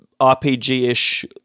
RPG-ish